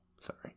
Sorry